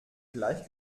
gleich